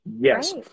Yes